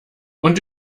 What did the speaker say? und